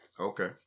Okay